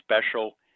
special